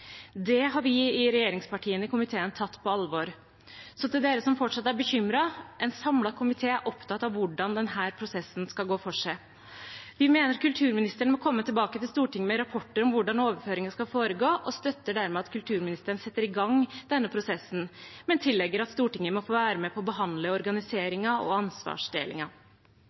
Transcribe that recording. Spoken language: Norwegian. Det har vi i regjeringspartiene i komiteen tatt på alvor. Så til dere som fortsatt er bekymret: En samlet komité er opptatt av hvordan denne prosessen skal gå for seg. Vi mener kulturministeren må komme tilbake til Stortinget med rapporter om hvordan overføringen skal foregå, og støtter dermed at kulturministeren setter i gang denne prosessen, men tillegger at Stortinget må få være med på å behandle organiseringen og